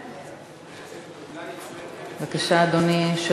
בבקשה, אדוני.